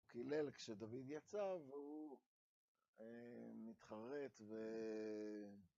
קילל כשדוד יצא והוא מתחרט ו...